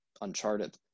Uncharted